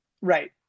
right